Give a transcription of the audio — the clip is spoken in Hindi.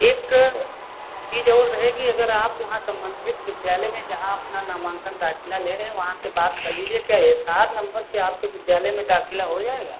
एक चीज़ और रहेगी अगर आप वहाँ सम्बन्धित विद्यालय में जहाँ अपना नामान्कन दाखिला ले रए हैं वहाँ से बात कर लीजिए क्या एस आर नम्बर से आपके विद्यालय में दाखिला हो जाएगा